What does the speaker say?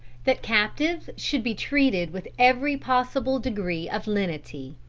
that captive should be treated with every possible degree of lenity.